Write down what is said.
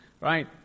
Right